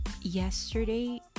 yesterday